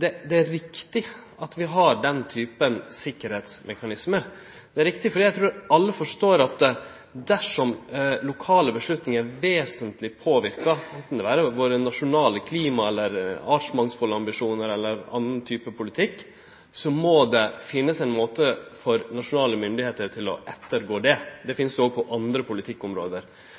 det er riktig at vi har den typen sikkerheitsmekanisme. Det er riktig fordi eg trur alle forstår at dersom lokale avgjerder vesentleg påverkar anten nasjonale klima- eller artsmangfaldsambisjonar eller annan type politikk, må det vere ein måte for nasjonale myndigheiter å ettergå det på. Det finst òg på andre politikkområde.